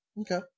Okay